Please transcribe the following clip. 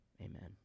amen